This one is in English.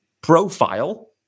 profile